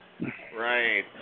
Right